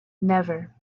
never